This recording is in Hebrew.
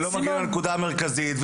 ולא מגיעים לנקודה המרכזית,